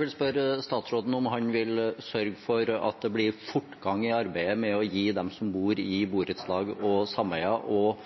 vil spørre statsråden om han vil sørge for at det blir fortgang i arbeidet med å gi dem som bor i borettslag og sameier – og